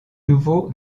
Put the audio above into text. nouveau